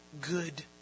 good